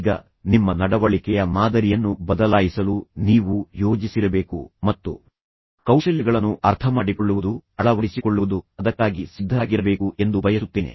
ಈಗ ನಿಮ್ಮ ನಡವಳಿಕೆಯ ಮಾದರಿಯನ್ನು ಬದಲಾಯಿಸಲು ನೀವು ಯೋಜಿಸಿರಬೇಕು ಮತ್ತು ಈ ಕೌಶಲ್ಯಗಳನ್ನು ಅರ್ಥಮಾಡಿಕೊಳ್ಳುವುದು ಮತ್ತು ಅಳವಡಿಸಿಕೊಳ್ಳುವುದು ಮತ್ತು ಅದಕ್ಕಾಗಿ ಸಿದ್ಧರಾಗಿರಬೇಕು ಎಂದು ನಾನು ಬಯಸುತ್ತೇನೆ